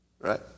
right